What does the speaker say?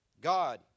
God